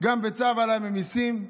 גם בצו על הממיסים.